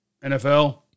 NFL